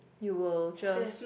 you will just